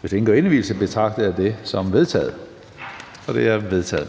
Hvis ingen gør indsigelse, betragter jeg det som vedtaget. Det er vedtaget.